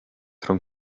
rhwng